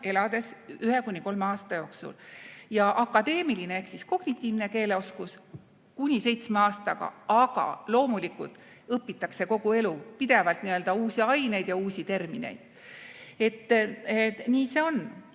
elades ühe kuni kolme aasta jooksul ja akadeemiline ehk kognitiivne keeleoskus kuni seitsme aastaga. Aga loomulikult õpitakse kogu elu pidevalt uusi aineid ja uusi termineid. Nii see on.